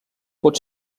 pot